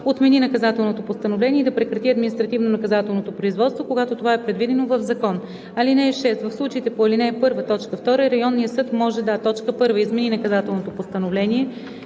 отмени наказателното постановление и да прекрати административнонаказателното производството, когато това е предвидено в закон. (6) В случаите по ал. 1, т. 2 районният съд може да: 1. измени наказателното постановление,